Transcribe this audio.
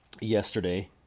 yesterday